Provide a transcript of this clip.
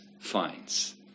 finds